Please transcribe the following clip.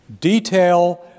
detail